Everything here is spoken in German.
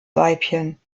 weibchen